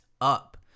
up